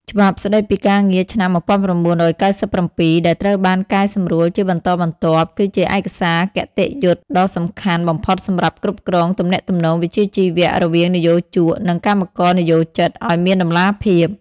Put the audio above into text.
ច្បាប់ស្តីពីការងារឆ្នាំ ១៩៩៧ ដែលត្រូវបានកែសម្រួលជាបន្តបន្ទាប់ គឺជាឯកសារគតិយុត្តិដ៏សំខាន់បំផុតសម្រាប់គ្រប់គ្រងទំនាក់ទំនងវិជ្ជាជីវៈរវាងនិយោជក និងកម្មករនិយោជិតឱ្យមានតម្លាភាព។